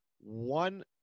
One